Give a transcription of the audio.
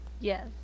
Yes